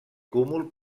cúmul